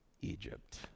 Egypt